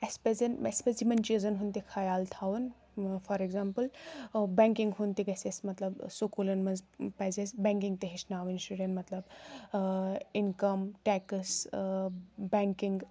اسہِ پزٮ۪ن اَسہِ پزِ یِمَن چیٖزن ہُنٛد تہِ خیال تھاوُن فار ایٚگزامپٕل بیٚنٛکنگ ہُنٛد تہِ گژھہِ اَسہِ مطلب سکوٗلن منٛز پَزِ اَسہِ بیٚنٛکنگ تہِ ہیٚچھناوٕنۍ شُرٮ۪ن مطلب انکم ٹیٚکٕس بیٚنٛکنگ